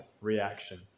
reaction